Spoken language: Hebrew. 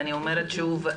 ואני אומרת שוב,